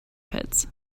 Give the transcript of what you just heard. pits